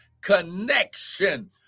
connection